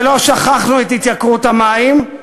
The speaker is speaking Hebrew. ולא שכחנו את התייקרות המים,